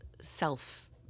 self